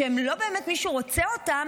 שלא באמת מישהו רוצה אותם,